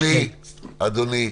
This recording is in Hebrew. אדוני,